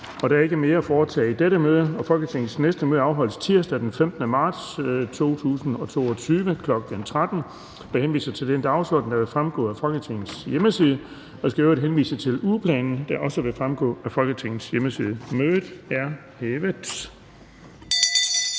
Der er ikke mere at foretage i dette møde. Folketingets næste møde afholdes tirsdag den 15. marts 2020, kl. 13.00. Jeg henviser til den dagsorden, der vil fremgå af Folketingets hjemmeside. Jeg skal i øvrigt henvise til ugeplanen, der også vil fremgå af Folketingets hjemmeside. Mødet er hævet.